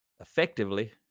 effectively